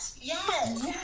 Yes